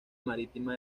marítima